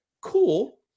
cool